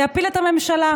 להפיל את הממשלה,